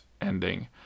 ending